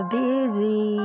busy